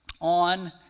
on